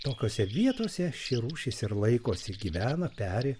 tokiose vietose ši rūšis ir laikosi gyvena peri